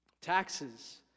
Taxes